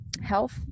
health